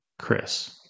Chris